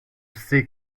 sais